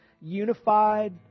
unified